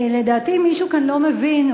לדעתי מישהו כאן לא מבין,